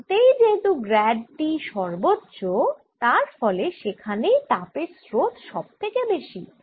প্রান্তেই যেহেতু grad T সর্বোচ্চ তার ফলে সেখানেই তাপের স্রোত সব থেকে বেশি